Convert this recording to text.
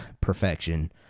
Perfection